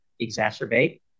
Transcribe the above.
exacerbate